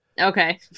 Okay